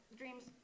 dreams